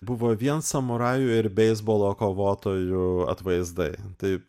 buvo vien samurajų ir beisbolo kovotojų atvaizdai tai